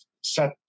set